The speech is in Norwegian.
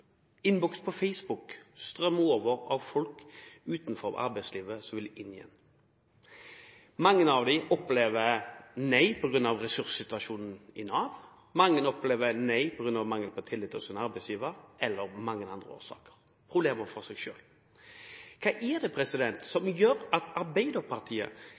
på Facebook strømmer over av meldinger fra folk utenfor arbeidslivet som vil inn igjen. Mange av dem opplever nei på grunn av ressurssituasjonen i Nav, mange opplever nei på grunn av mangel på tillit fra sine arbeidsgivere og mange andre årsaker, problemer for seg selv. Hva er det som gjør at Arbeiderpartiet